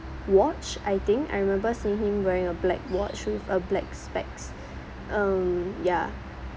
watch I think I remember seeing him wearing a black watch with a black specs um ya